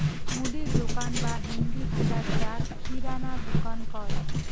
মুদির দোকান বা হিন্দি ভাষাত যাক কিরানা দুকান কয়